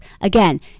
Again